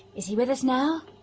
is he with us now?